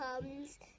comes